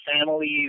families